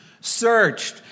searched